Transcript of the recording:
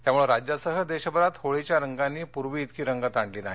त्यामुळं राज्यासह देशभरात होळीच्या रंगांनी पूर्वी त्रिकी रंगत आणली नाही